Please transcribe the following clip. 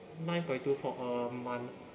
nine point two for a month